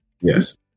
Yes